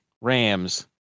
Rams